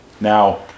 Now